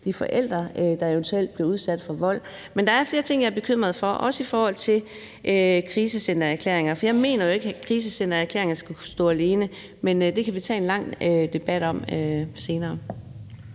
de forældre, der eventuelt bliver udsat for vold. Men der er flere ting, jeg er bekymret for, også i forhold til krisecentererklæringer. Jeg mener ikke, at krisecentererklæringer skal kunne stå alene, men det kan vi tage en lang debat om senere.